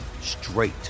straight